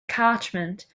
catchment